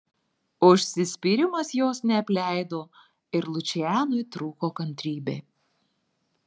užsispyrimas jos neapleido ir lučianui trūko kantrybė